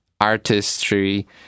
artistry